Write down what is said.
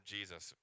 Jesus